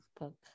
book